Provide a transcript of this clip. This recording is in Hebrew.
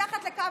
מתחת לקו העוני,